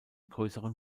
größeren